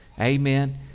Amen